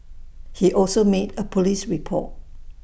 he also made A Police report